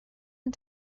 and